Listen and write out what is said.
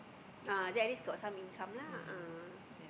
ah then at least got some income lah ah